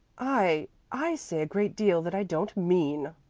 i i say a great deal that i don't mean,